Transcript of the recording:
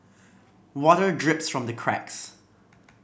water drips from the cracks